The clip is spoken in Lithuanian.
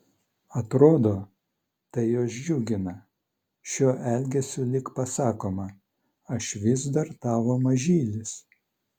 atrodo tai juos džiugina šiuo elgesiu lyg pasakoma aš vis dar tavo mažylis